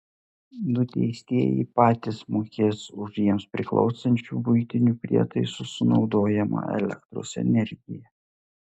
nuteistieji patys mokės už jiems priklausančių buitinių prietaisų sunaudojamą elektros energiją